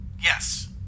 Yes